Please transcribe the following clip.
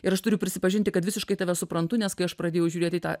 ir aš turiu prisipažinti kad visiškai tave suprantu nes kai aš pradėjau žiūrėti į tą